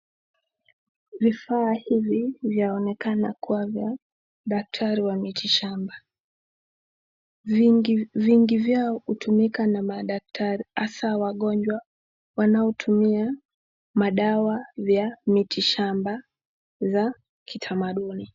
Vifaa hivi vyaonekana kuwa vya daktari wa miti shamba. Vingi vyao hutumika na madaktari hasa wagonjwa wanaotumia madawa vya miti shamba za kitamanduni.